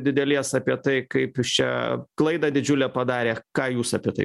didelės apie tai kaip jis čia klaidą didžiulę padarė ką jūs apie tai